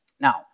Now